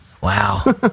Wow